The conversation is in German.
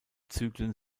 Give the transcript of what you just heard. zyklen